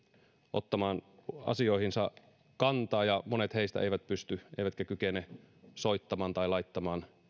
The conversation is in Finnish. ottamaan asioihinsa kantaa ja monet heistä eivät pysty eivätkä kykene soittamaan tai laittamaan